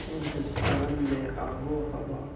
ہندوستان میں آب و ہوا